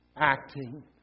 acting